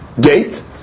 gate